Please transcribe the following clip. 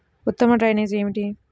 ఉత్తమ డ్రైనేజ్ ఏమిటి?